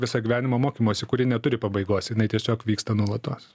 visą gyvenimą mokymosi kuri neturi pabaigos jinai tiesiog vyksta nuolatos